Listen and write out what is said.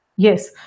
Yes